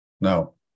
No